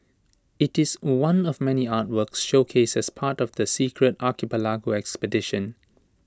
IT is one of many artworks showcased as part of the secret archipelago exhibition